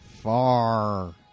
far